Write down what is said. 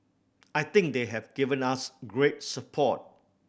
I think they have given us great support